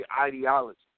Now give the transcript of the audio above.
ideology